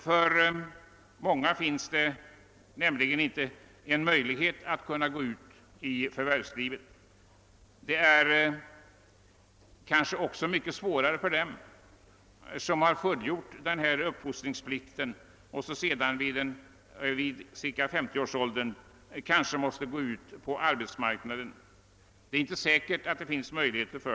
För många finns det inte heller någon möjlighet att gå ut i förvärvslivet. Det kan vara mycket svårt för dem som har fullgjort uppfostringsplikten att kanske vid 50 års ålder finna en meningsfull sysselsättning på arbetsmarknaden.